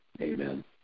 Amen